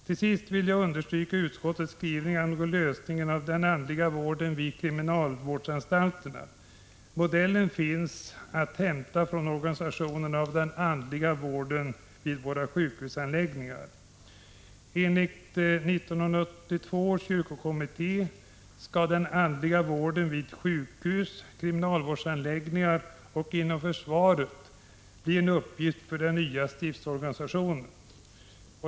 Till sist vill jag understryka utskottets skrivning angående lösningen av frågan om den andliga vården vid kriminalvårdsanstalterna. Modellen finns att hämta från organisationen av den andliga vården vid våra sjukhusanläggningar. Enligt 1982 års kyrkokommitté skall den andliga vården vid sjukhus, kriminalvårdsanläggningar och inom försvaret bli en uppgift för den nya stiftsorganisationen.